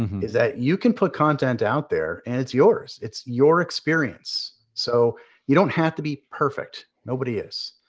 is that you can put content out there and it's yours. it's your experience. so you don't have to be perfect. nobody is.